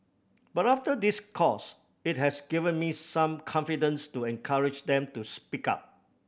but after this course it has given me some confidence to encourage them to speak up